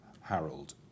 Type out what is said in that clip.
Harold